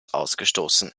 ausgestoßen